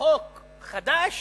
בחוק חדש